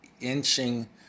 inching